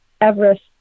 Everest